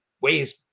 weighs